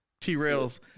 T-Rail's